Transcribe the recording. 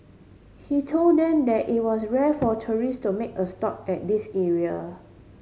he told them that it was rare for tourist to make a stop at this area